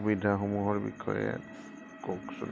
সুবিধাসমূহৰ বিষয়ে কওকচোন